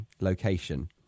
location